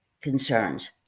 concerns